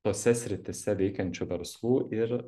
tose srityse veikiančių verslų ir